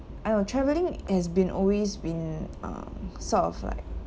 !aiyo! travelling has been always been um sort of like